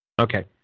Okay